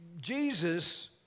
Jesus